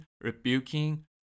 rebuking